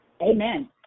amen